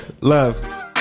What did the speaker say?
Love